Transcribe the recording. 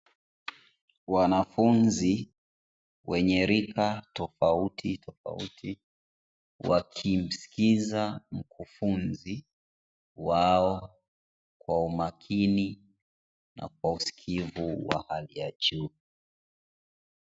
Wanafunzi wenye rika tofauti tofauti wakimsikiliza mkufunzi wao, kwa umakini na kwa usikivu wa hali ya juu.